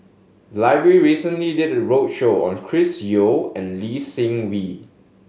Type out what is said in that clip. the library recently did a roadshow on Chris Yeo and Lee Seng Wee